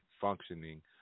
functioning